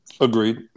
Agreed